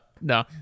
No